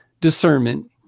discernment